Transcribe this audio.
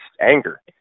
anger